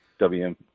Wm